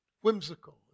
whimsical